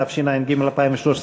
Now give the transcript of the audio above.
התשע"ג 2013,